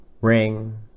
ring